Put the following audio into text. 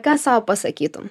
ką sau pasakytum